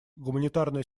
гуманитарная